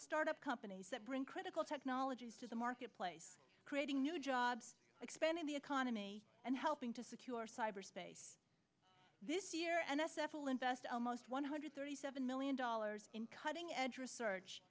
startup companies that bring critical technology to the marketplace creating new jobs expanding the economy and helping to secure cyberspace this year n s f will invest almost one hundred thirty seven million dollars in cutting edge research